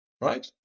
Right